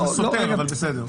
זה סותר, אבל בסדר.